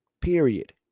Period